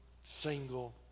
single